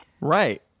Right